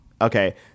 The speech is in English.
Okay